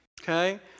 okay